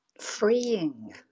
freeing